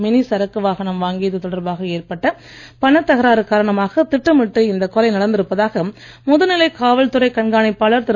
mini சரக்கு வாகனம் வாங்கியது தொடர்பாக ஏற்பட்ட பணத் தகராறு காரணமாக திட்டமிட்டு இந்தக் கொலை நடந்திருப்பதாக முதுநிலை காவல்துறை கண்காணிப்பாளர் திரு